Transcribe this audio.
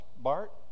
BART